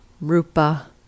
rupa